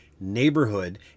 neighborhood